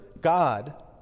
God